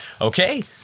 Okay